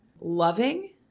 loving